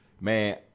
man